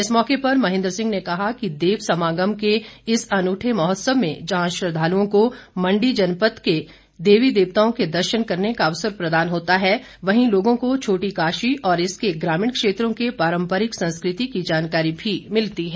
इस मौके पर महेन्द्र सिंह ने कहा कि देव समागम इस अनुठे महोत्सव में जहां श्रद्धालुओं को मंडी जनपद के देवी देवताओं के दर्शन करने का अवसर प्रदान होता है वहीं लोगों को छोटी काशी और इसके ग्रामीण क्षेत्रों के पारम्परिक संस्कृति की जानकारी भी मिलती है